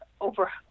over